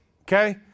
Okay